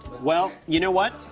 well, you know what,